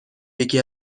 یکی